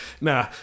nah